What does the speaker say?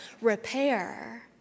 repair